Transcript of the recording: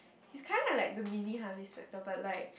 he's kind of like the mini Harvey-Specter but like